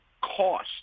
cost